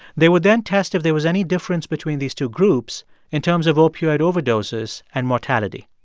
they would then test if there was any difference between these two groups in terms of opioid overdoses and mortality.